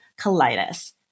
colitis